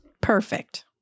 Perfect